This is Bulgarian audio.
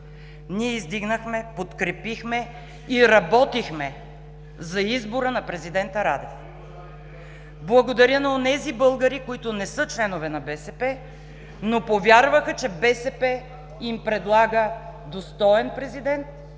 Ние издигнахме, подкрепихме и работихме за избора на президента Радев. Благодаря на онези българи, които не са членове на БСП, но повярваха, че БСП им предлага достоен президент,